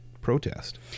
protest